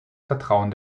vertrauen